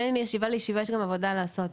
בין ישיבה לישיבה יש גם עבודה לעשות.